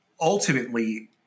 ultimately